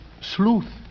Sleuth